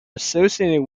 associated